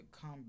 come